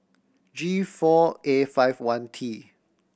G four A five one T